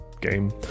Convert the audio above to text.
game